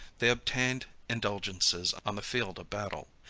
they obtained indulgences on the field of battle,